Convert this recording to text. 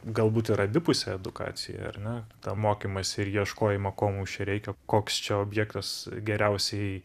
galbūt ir abipusę edukaciją ar ne tą mokymąsi ir ieškojimą ko mums čia reikia koks čia objektas geriausiai